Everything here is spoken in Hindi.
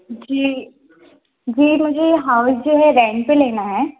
जी जी मुझे हाउस जो है रेंट पर लेना है